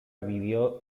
vivió